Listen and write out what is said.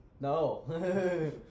no